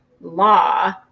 law